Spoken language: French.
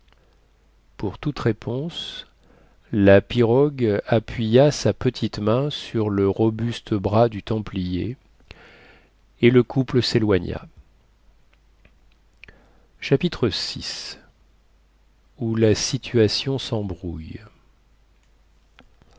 pour toute réponse la pirogue appuya sa petite main sur le robuste bras du templier et le couple séloigna chapitre vi où la situation sembrouille